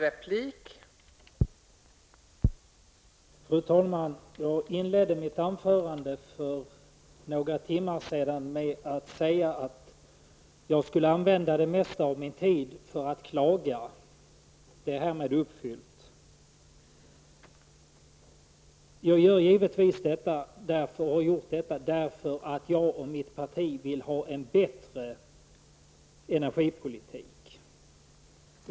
Fru talman! Jag inledde mitt huvudanförande för några timmar sedan med att säga att jag skulle använda den mesta av min taletid till att klaga. Det är härmed uppfyllt. Jag har givetvis gjort detta därför att jag och mitt parti vill ha en bättre energipolitik.